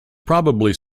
probably